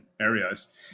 areas